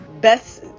best